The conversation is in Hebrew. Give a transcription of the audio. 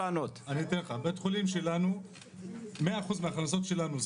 בית החולים שלנו 100% מההכנסות שלנו זה